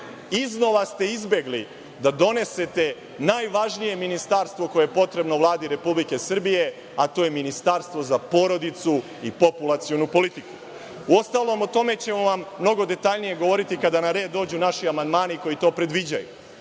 Iznova ste izbegli da donesete najvažnije ministarstvo koje je potrebno Vladi Republike Srbije, a to je ministarstvo za porodicu i populacionu politiku. Uostalom, o tome ćemo vam mnogo detaljnije govoriti kada na red dođu naši amandmani koji to predviđaju. Moja